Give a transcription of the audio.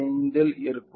5 இல் இருக்கும்